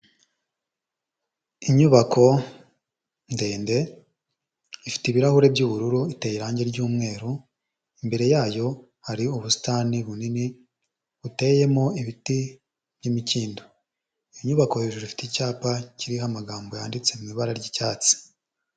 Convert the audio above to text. Inyubako ndende ifite ibirahuri by'ubururu, iteye irangi ry'umweru, imbere yayo hari ubusitani bunini buteyemo ibiti by'imikindo, iyo nyubako hejuru ifite icyapa kiriho amagambo yanditse mu ibara ry'icyatsi.